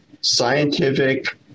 scientific